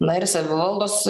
na ir savivaldos